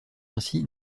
ainsi